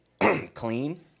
clean